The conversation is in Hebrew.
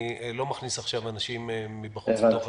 אני לא מכניס עכשיו אנשים מבחוץ לתוך הדיון.